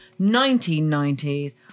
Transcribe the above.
1990s